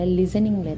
listening